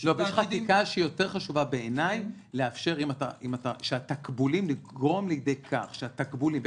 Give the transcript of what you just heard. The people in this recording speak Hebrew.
-- יש חקיקה שהיא יותר חשובה בעיניי לגרום לידי כך שהתקבולים,